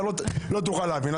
אתה לא תוכל להבין.